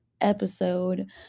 episode